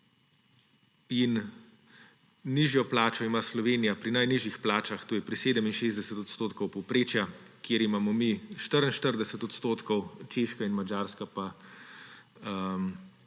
in nižjo plačo ima Slovenija pri najnižjih plačah, to je pri 67 odstotkov povprečja, kjer imamo mi 40 odstotkov, Češka in Madžarska pa 44